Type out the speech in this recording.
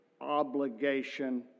obligation